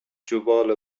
جوال